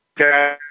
Okay